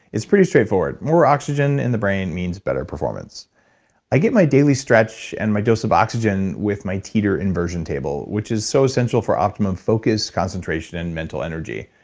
it's pretty straightforward, more oxygen in the brain, means better performance i get my daily stretch and my dose of oxygen with my teeter inversion table. which is so essential for optimum focus concentration, and mental energy.